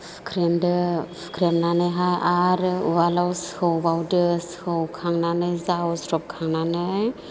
सुख्रेमदो सुख्रेमनानैहाय आरो उवालआव सौबावदो सौखांनानै जावज्रबखांनानै